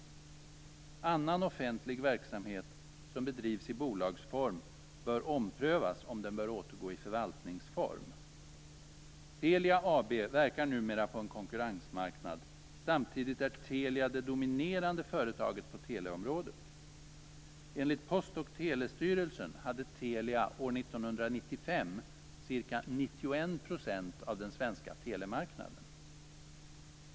Beträffande annan offentlig verksamhet som bedrivs i bolagsform bör det omprövas om den bör återgå till förvaltningsform. Telia AB verkar numera på en konkurrensmarknad. Samtidigt är Telia det dominerande företaget på teleområdet. Enligt Post och telestyrelsen hade Telia 1995 ca 91 % av den svenska telemarknaden.